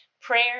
prayer